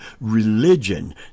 religion